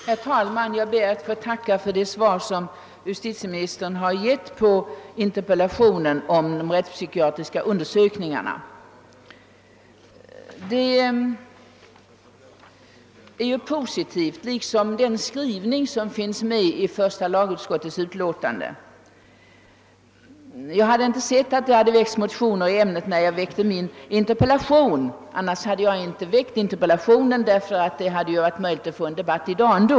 Herr talman! Jag ber att få tacka för justitieministerns svar på min interpellation om de rättspsykiatriska undersökningarna. Det är ju positivt, liksom skrivningen i första lagutskottets utlåtande. Jag hade inte sett att det väckts motioner i ämnet när jag framställde min interpellation. I annat fall hade jag inte framställt den då det ju ändå varit möjligt att få en debatt i dag.